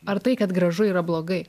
ar tai kad gražu yra blogai